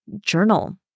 journal